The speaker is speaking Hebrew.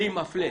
ככלי מפלה.